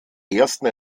ersten